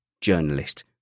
journalist